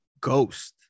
Ghost